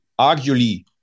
arguably